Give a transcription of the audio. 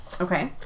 Okay